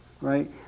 right